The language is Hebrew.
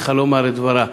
צריכים לומר את דברם.